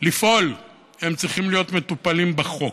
לפעול צריכים להיות מטופלים בחוק.